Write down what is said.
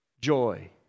joy